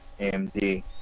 AMD